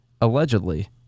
allegedly